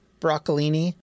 broccolini